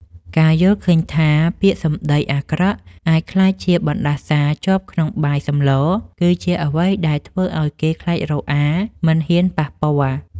ការយល់ឃើញថាពាក្យសម្ដីអាក្រក់អាចក្លាយជាបណ្តាសាជាប់ក្នុងបាយសម្លគឺជាអ្វីដែលធ្វើឱ្យគេខ្លាចរអាមិនហ៊ានប៉ះពាល់។